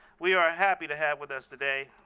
we are happy to have with us today